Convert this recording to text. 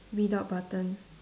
without button